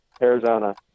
Arizona